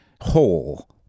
whole